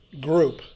group